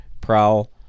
prowl